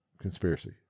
conspiracy